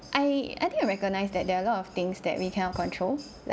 I I think I recognize that there are a lot of things that we cannot control like